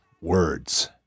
Words